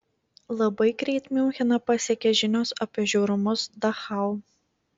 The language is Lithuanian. labai greit miuncheną pasiekė žinios apie žiaurumus dachau